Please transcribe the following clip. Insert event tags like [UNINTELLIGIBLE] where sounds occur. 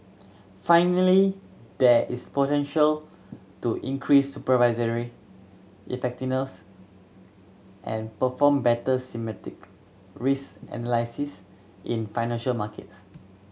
finally there is potential to increase supervisory effectiveness and perform better [UNINTELLIGIBLE] risk analysis in financial markets